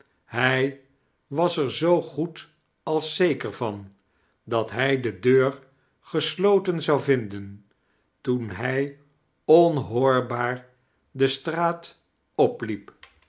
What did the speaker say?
hq was er zoo goed als zeker van dat hij de deur gesloten zou vinden toen hij onhoorbaar de straat opliep